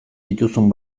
dituzun